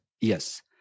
Yes